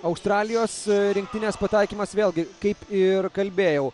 australijos rinktinės pataikymas vėlgi kaip ir kalbėjau